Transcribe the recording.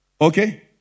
Okay